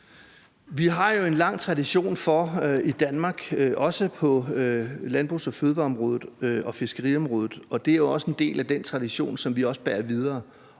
Vi har jo en lang tradition i Danmark på landbrugs-, fødevare- og fiskeriområdet, og det er jo også en del af den tradition, som vi bærer videre.